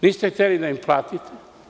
Niste hteli da im platite.